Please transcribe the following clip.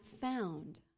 found